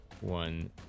one